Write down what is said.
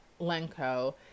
Lenko